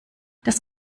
das